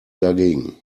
dagegen